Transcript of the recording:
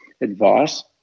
advice